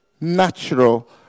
natural